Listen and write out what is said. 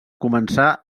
començà